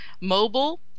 mobile